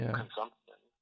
consumption